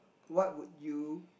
what would you